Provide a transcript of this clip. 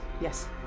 Yes